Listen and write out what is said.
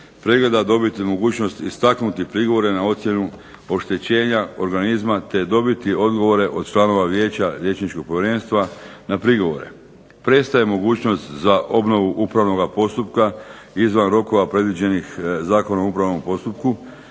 pregleda dobiti mogućnost istaknuti prigovore na ocjenu oštećenja organizma te dobiti odgovore od članova vijeća Liječničkog povjerenstva na prigovore. Prestaje mogućnost za obnovu upravnoga postupka izvan rokova predviđenih Zakonom o upravnom postupku.